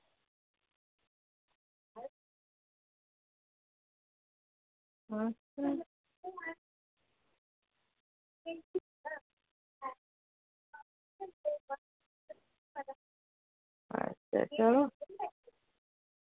चलो